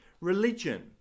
religion